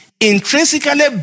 intrinsically